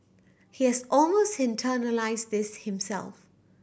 he has almost internalised this himself